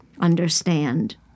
understand